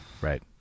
Right